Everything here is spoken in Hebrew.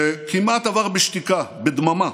שכמעט עבר בשתיקה, בדממה.